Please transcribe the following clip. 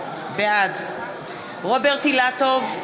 בעד רוברט אילטוב,